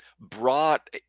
brought